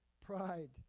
pride